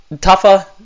Tougher